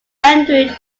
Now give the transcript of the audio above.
andrew